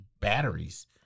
batteries